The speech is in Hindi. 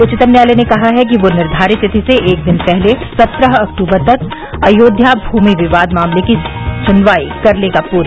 उच्चतम न्यायालय ने कहा है कि वह निर्धारित तिथि से एक दिन पहले सत्रह अक्टूबर तक अयोध्या भूमि विवाद मामले की सुनवाई कर लेगा पूरी